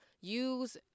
Use